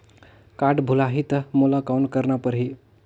Card भुलाही ता मोला कौन करना परही?